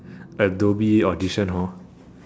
Adobe audition hor